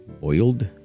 boiled